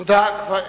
תודה.